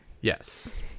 Yes